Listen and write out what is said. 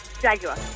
Jaguar